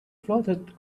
floated